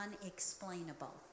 unexplainable